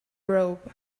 robe